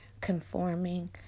conforming